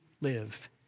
live